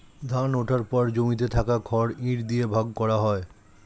ধান ওঠার পর জমিতে থাকা খড় ইট দিয়ে ভাগ করা হয়